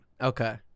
Okay